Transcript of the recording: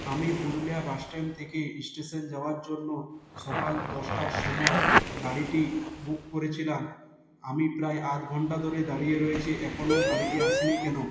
আমি পুরুলিয়া বাসস্ট্যান্ড থেকে ইস্টেশন যাওয়ার জন্য সকাল দশটার সময় গাড়িটি বুক করেছিলাম আমি প্রায় আধঘণ্টা ধরে দাঁড়িয়ে রয়েছি এখনও গাড়িটি আসেনি কেন